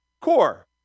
core